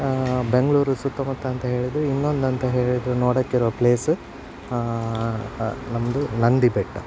ಬೆಂಗಳೂರು ಸುತ್ತಮುತ್ತ ಅಂತ ಹೇಳಿದರೆ ಇನ್ನೊಂದು ಅಂತ ಹೇಳಿದರೆ ನೋಡೋಕ್ಕಿರೊ ಪ್ಲೇಸ್ ನಮ್ಮದು ನಂದಿಬೆಟ್ಟ